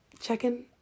checking